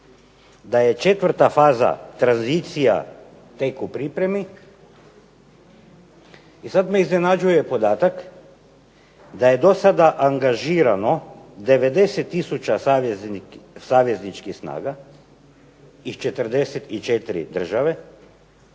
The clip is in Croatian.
da je četvrta faza tranzicija tek u pripremi. I sad me iznenađuje podatak da je do sada angažirano 90000 savezničkih snaga iz 44 države,